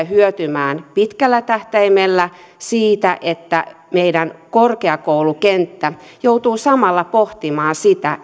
hyötymään pitkällä tähtäimellä siitä että meidän korkeakoulukenttämme joutuu samalla pohtimaan sitä